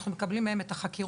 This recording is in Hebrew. אנחנו מקבלים מהם את החקירות,